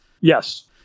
Yes